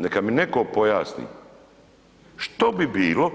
Neka mi netko pojasni, što bi bilo